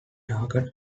target